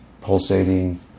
pulsating